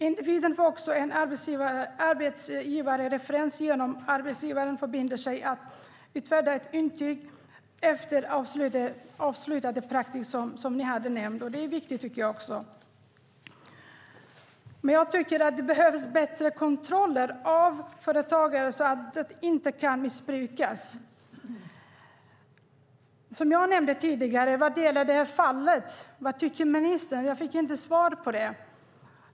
Individen får också en arbetsgivarreferens genom att arbetsgivaren förbinder sig att utfärda ett intyg efter avslutad praktik." Jag tycker också att detta är viktigt, men jag tycker att det behövs bättre kontroller av företagare så att detta inte kan missbrukas. Vad tycker ministern om det fall jag nämnde tidigare? Jag fick inte något svar på det.